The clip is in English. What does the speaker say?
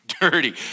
dirty